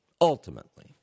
Ultimately